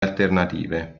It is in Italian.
alternative